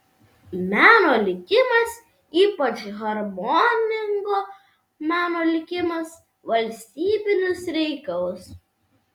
meno likimas ypač harmoningo meno likimas valstybinis reikalas